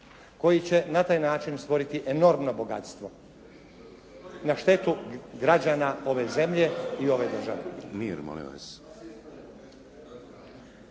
koji će na taj način stvoriti enormno bogatstvo na štetu građana ove zemlje i ove države.